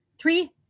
Three